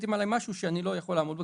כפיתן עליי משהו שאני לא יכול לעמוד בו,